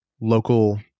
local